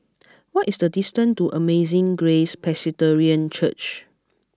what is the distance to Amazing Grace Presbyterian Church